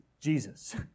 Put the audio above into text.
Jesus